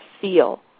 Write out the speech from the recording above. feel